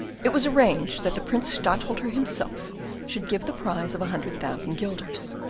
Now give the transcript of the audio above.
it was arranged that the prince stadtholder himself should give the prize of a hundred thousand guilders,